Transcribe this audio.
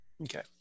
Okay